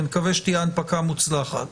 ונקווה שתהיה הנפקה מוצלחת,